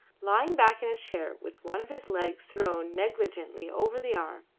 lying back in his chair with one of his legs thrown negligently over the arm.